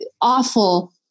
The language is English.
awful